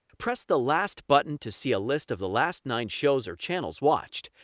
press the last button to see a list of the last nine shows or channels watched,